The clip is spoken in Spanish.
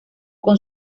con